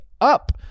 up